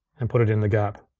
and put it in the gap.